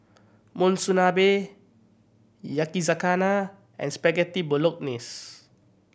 Monsunabe Yakizakana and Spaghetti Bolognese